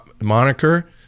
moniker